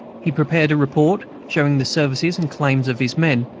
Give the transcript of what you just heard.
he prepared a report, showing the services and claims of his men,